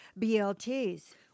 BLTs